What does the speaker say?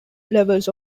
levels